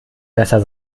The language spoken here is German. besser